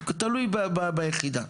זה תלוי ביחידה.